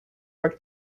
were